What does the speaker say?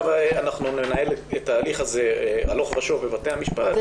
אנחנו ננהל את ההליך הזה הלוך ושוב בבתי המשפט.